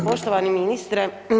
Poštovani ministre.